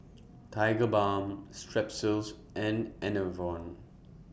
Tigerbalm Strepsils and Enervon